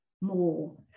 more